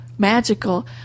magical